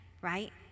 right